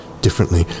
differently